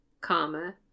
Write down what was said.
comma